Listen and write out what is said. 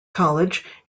college